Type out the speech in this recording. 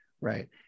right